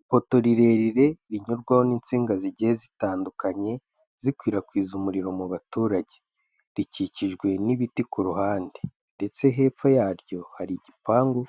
Ipoto rirerire rinyurwaho n'insinga zigiye zitandukanye zikwirakwiza umuriro mu baturage. Rikikijwe n'ibiti ku ruhande. Ndetse hepfo yaryo hari igipangu